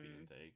intake